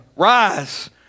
rise